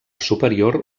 superior